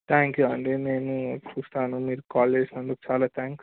thank you అండి నేను చూస్తాను మీరు కాల్ చేసినందుకు చాలా థ్యాంక్స్